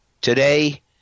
today